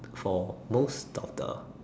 for most doctor